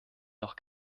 noch